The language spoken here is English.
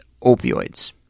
opioids